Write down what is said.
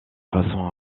façon